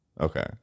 Okay